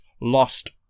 lost